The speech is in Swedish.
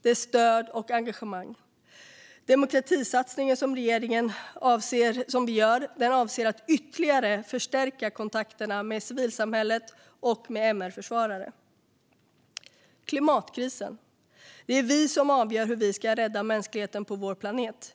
dess stöd och engagemang oerhört viktigt. Regeringens demokratisatsning avser att ytterligare förstärka kontakterna med civilsamhället och med MR-försvarare. När det gäller klimatkrisen är det vi som avgör hur vi ska rädda mänskligheten på vår planet.